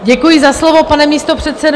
Děkuji za slovo, pane místopředsedo.